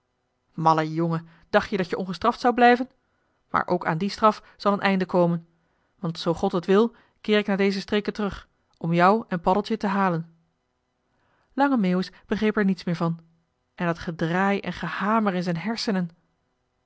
malle jongen dacht je dat je ongestraft zou blijven maar ook aan die straf zal een einde komen want zoo god het wil keer ik naar deze streken terug om jou en paddeltje te halen lange meeuwis begreep er niets meer van en dat gedraai en gehamer in zijn hersenen